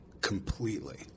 completely